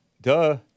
Duh